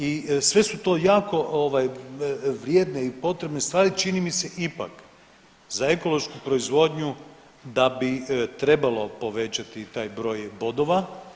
I sve su to jako vrijedne i potrebne stvari čini mi se ipak za ekološku proizvodnju da bi trebalo povećati taj broj bodova.